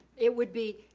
it would be,